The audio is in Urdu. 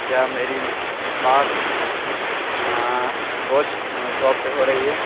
کیا میری بات گوشت شاپ پہ ہو رہی ہے